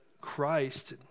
Christ